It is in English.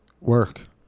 work